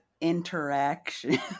interaction